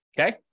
okay